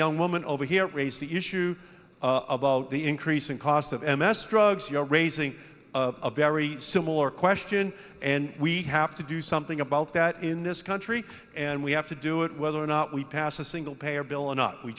young woman over here raised the issue about the increasing cost of m s drugs you're raising a very similar question and we have to do something about that in this country and we have to do it whether or not we pass a single payer bill or not we